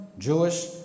Jewish